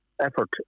effort